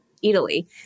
Italy